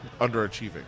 underachieving